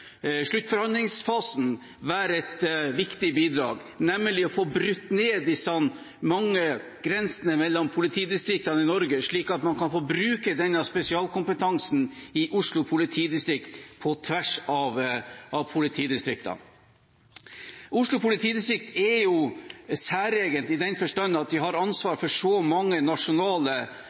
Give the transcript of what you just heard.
sluttforhandlingsfasen, være et viktig bidrag, nemlig til å få brutt ned disse mange grensene mellom politidistriktene i Norge, slik at man kan få brukt denne spesialkompetansen i Oslo politidistrikt på tvers av politidistriktene. Oslo politidistrikt er jo særegent i den forstand at de har ansvar for så mange nasjonale